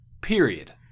period